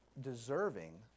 deserving